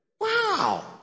Wow